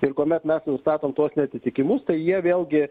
ir kuomet mes nustatom tuos neatitikimus tai jie vėlgi